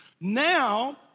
Now